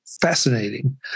fascinating